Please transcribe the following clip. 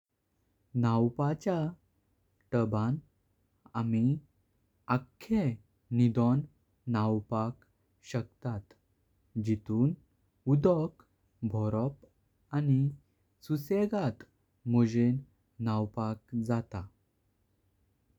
नवपच्या तबण आम्ही आखे नीदों नवपाक शकता। जितून उदोक भोरप आनी सुसगाड मोजिन नवपाक जात।